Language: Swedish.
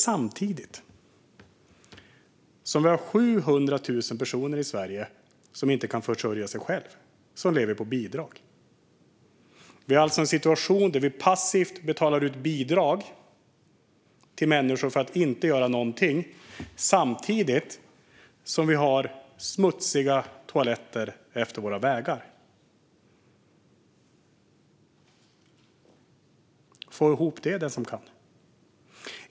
Samtidigt har vi 700 000 personer i Sverige som inte kan försörja sig själva och som lever på bidrag. Vi har alltså en situation där vi passivt betalar ut bidrag till människor för att inte göra någonting samtidigt som vi har smutsiga toaletter utefter våra vägar. Få ihop det, den som kan!